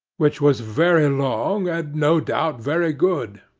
which was very long, and no doubt very good,